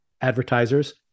advertisers